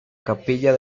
capilla